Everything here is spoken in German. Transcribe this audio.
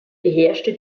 beherrschte